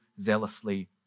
zealously